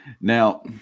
Now